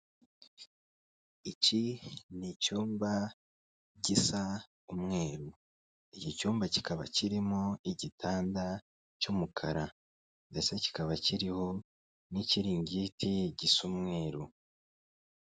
Iki ni icyumba gisa umweru. Iki cyumba kikaba kirimo igitanda cy'umukara ndetse kikaba kiriho n'ikiringiti gisa umweru.